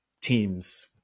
teams